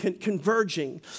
converging